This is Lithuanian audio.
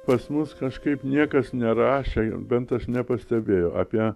pas mus kažkaip niekas nerašė jau bent aš nepastebėjau apie